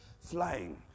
Flying